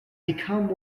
become